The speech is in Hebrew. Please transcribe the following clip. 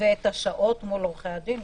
ואת השעות, גם מול עורכי הדין.